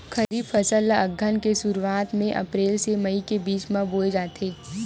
खरीफ फसल ला अघ्घन के शुरुआत में, अप्रेल से मई के बिच में बोए जाथे